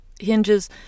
hinges